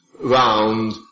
round